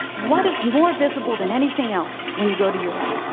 what is more visible than anything else when you go to europe?